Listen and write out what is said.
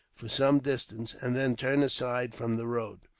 for some distance, and then turn aside from the road.